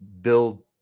build